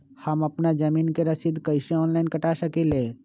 हम अपना जमीन के रसीद कईसे ऑनलाइन कटा सकिले?